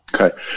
Okay